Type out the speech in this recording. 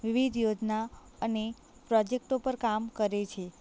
વિવિધ યોજના અને પ્રોજેક્ટો પર કામ કરે છે